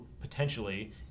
potentially